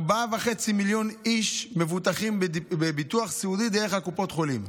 ארבעה וחצי מיליון איש מבוטחים בביטוח הסיעודי דרך קופות החולים.